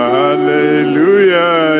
hallelujah